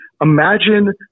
imagine